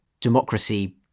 democracy